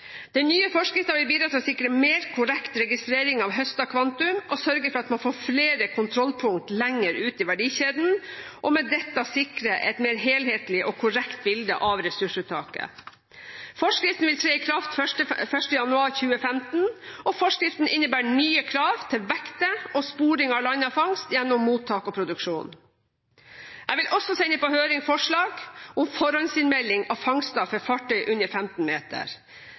Den nye forskriften vil bidra til å sikre mer korrekt registrering av høstet kvantum og sørge for at man får flere kontrollpunkt lenger ut i verdikjeden, og med dette sikre et mer helhetlig og korrekt bilde av ressursuttaket. Forskriften vil tre i kraft l. januar 2015. Forskriften innebærer nye krav til vekter og sporing av landet fangst gjennom mottak og produksjon. Jeg vil også sende på høring forslag om forhåndsinnmelding av fangster for fartøy under 15 meter.